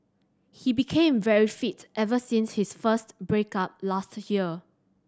he became very fit ever since his first break up last year